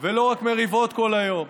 ולא רק מריבות כל היום.